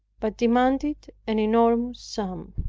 but demanded an enormous sum.